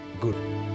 Good